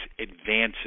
advances